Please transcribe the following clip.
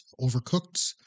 overcooked